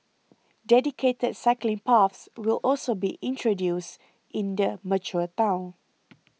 dedicated cycling paths will also be introduced in their mature town